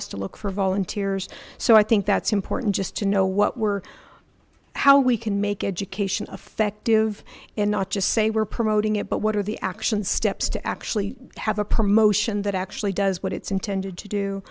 us to look for volunteers so i think that's important just to know what we're how we can make education effective and not just say we're promoting it but what are the action steps to actually have a promotion that actually does what it's intended to do